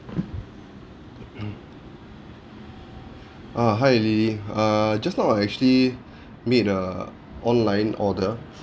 uh hi lily uh just now I actually made a online order